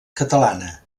catalana